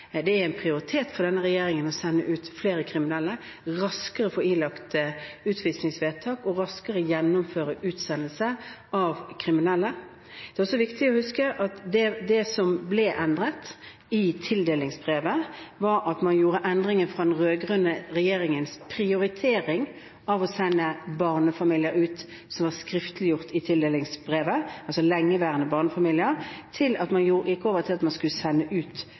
Det er en prioritet for denne regjeringen å sende ut flere kriminelle, raskere å få ilagt utvisningsvedtak og raskere gjennomføre utsendelse av kriminelle. Det er også viktig å huske at det som ble endret i tildelingsbrevet, var at man endret fra den rød-grønne regjeringens prioritering av å sende ut lengeværende barnefamilier, som var skriftliggjort i tildelingsbrevet, til at man gikk over til at man skal sende ut